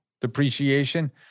depreciation